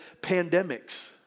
pandemics